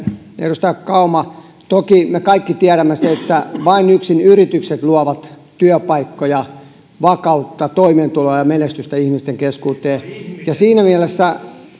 edustaja kauma toki me kaikki tiedämme sen että vain yksin yritykset luovat työpaikkoja vakautta toimeentuloa ja menestystä ihmisten keskuuteen ja siinä mielessä